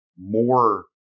more